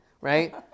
right